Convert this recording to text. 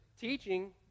teaching